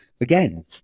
Again